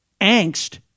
angst